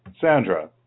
Sandra